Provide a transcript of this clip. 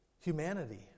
humanity